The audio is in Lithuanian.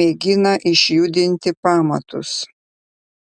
mėgina išjudinti pamatus